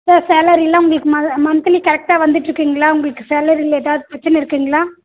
sir சேலரிலாம் உங்களுக்கு monthly கரெக்டாக வந்துட்டுருக்குங்களா உங்களுக்கு சேலரியில் ஏதாவது பிரச்சனை இருக்குதுங்களா